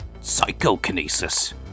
psychokinesis